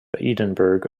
edinburgh